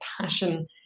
passion